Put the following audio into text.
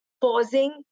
pausing